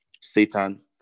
Satan